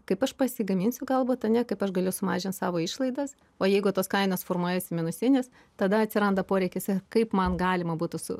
kaip aš pasigaminsiu galbūt ane kaip aš galiu sumažinti savo išlaidas o jeigu tos kainos formuojasi minusinės tada atsiranda poreikis kaip man galima būtų su